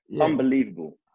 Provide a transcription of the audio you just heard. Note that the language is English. Unbelievable